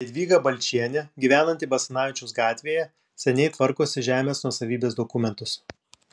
jadvyga balčienė gyvenanti basanavičiaus gatvėje seniai tvarkosi žemės nuosavybės dokumentus